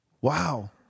Wow